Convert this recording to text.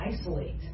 isolate